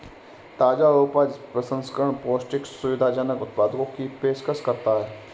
ताजा उपज प्रसंस्करण पौष्टिक, सुविधाजनक उत्पादों की पेशकश करता है